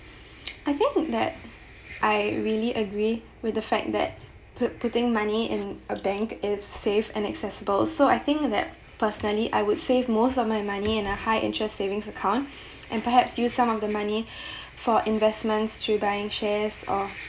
I think that I really agree with the fact that put putting money in a bank is safe and accessible so I think that personally I would save most of my money in a high interest savings account and perhaps use some of the money for investments through buying shares or